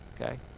okay